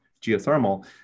geothermal